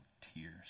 tears